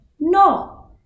No